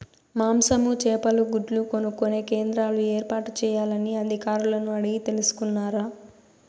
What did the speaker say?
మాంసము, చేపలు, గుడ్లు కొనుక్కొనే కేంద్రాలు ఏర్పాటు చేయాలని అధికారులను అడిగి తెలుసుకున్నారా?